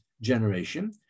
generation